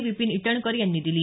विपीन इटनकर यांनी दिली